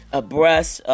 abreast